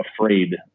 afraid